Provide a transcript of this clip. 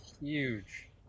Huge